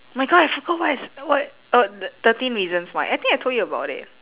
my god I forgot what is what uh thirteen reasons why I think I told you about it